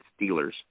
Steelers